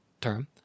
term